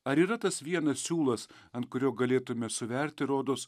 ar yra tas vienas siūlas ant kurio galėtume suverti rodos